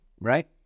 right